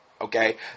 okay